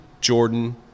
Jordan